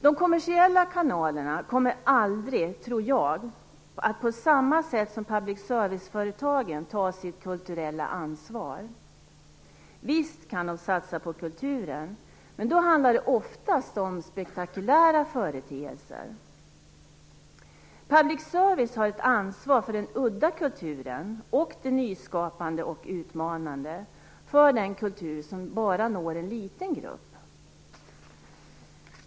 De kommersiella kanalerna kommer aldrig, tror jag, att på samma sätt som public-service-företagen ta sitt kulturella ansvar. Visst kan de satsa på kulturen, men då handlar det oftast om spektakulära företeelser. Public service har ett ansvar för den udda kulturen och det nyskapande och utmanande, för den kultur som bara når en liten grupp.